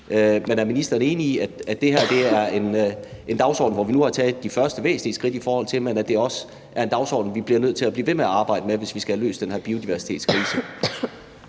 Men er ministeren enig i, at det her er en dagsorden, hvor vi nu har taget de første væsentlige skridt, men at det også er en dagsorden, vi bliver nødt til at blive ved med at arbejde med, hvis vi skal have løst den her biodiversitetskrise?